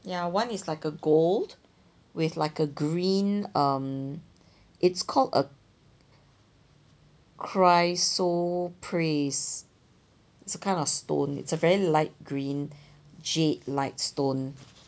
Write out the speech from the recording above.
ya one is like a gold with like a green um it's called a chrysoprase it's a kind of stone it's a very light green jade like stone